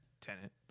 Tenant